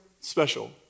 special